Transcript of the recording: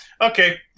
Okay